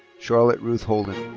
charlotte ruth holden.